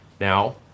Now